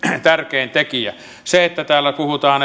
tärkein tekijä se että täällä